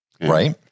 Right